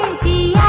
the